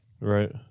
Right